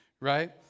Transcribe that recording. right